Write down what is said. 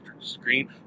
screen